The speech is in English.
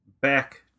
back